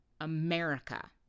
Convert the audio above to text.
America